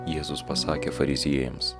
jėzus pasakė fariziejams